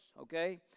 okay